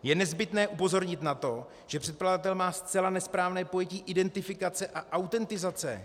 Je nezbytné upozornit na to, že předkladatel má zcela nesprávné pojetí identifikace a autentizace.